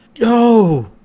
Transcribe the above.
no